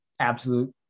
absolute